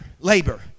Labor